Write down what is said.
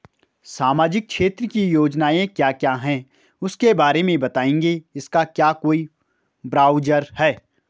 सामाजिक क्षेत्र की योजनाएँ क्या क्या हैं उसके बारे में बताएँगे इसका क्या कोई ब्राउज़र है?